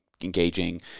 engaging